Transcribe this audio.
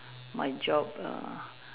my job err